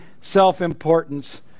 self-importance